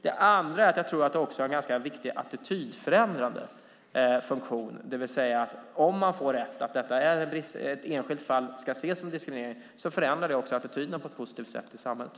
Det andra är att det också har en ganska viktig attitydförändrande funktion. Om man får rätt och att ett enskilt fall ska ses som diskriminering förändrar det också attityden på ett positivt sätt i samhället.